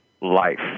life